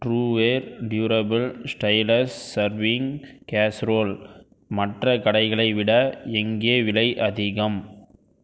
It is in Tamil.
ட்ரூவேர் டியூரபிள் ஸ்டைலர்ஸ் சர்விங் கேஸ்ரோல் மற்ற கடைகளை விட இங்கே விலை அதிகம்